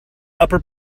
upper